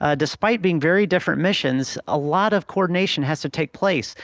ah despite being very different missions, a lot of coordination has to take place.